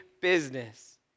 business